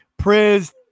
Priz